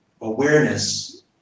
awareness